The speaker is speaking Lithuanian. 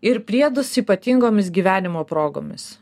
ir priedus ypatingomis gyvenimo progomis